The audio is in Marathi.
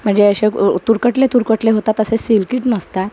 म्हणजे असे तुरकटले तुरकटले होतात असे सिल्कीश नसतात